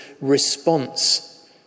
response